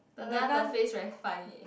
just now the face very funny